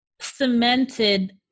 cemented